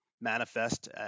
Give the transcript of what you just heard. manifest